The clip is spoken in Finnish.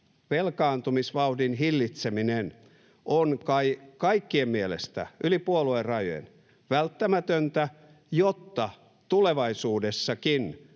velkaantumisvauhdin hillitseminen on kai kaikkien mielestä yli puoluerajojen välttämätöntä, jotta tulevaisuudessakin